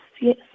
yes